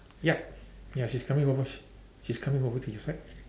yup ya she's coming over sh~ she's coming over to this side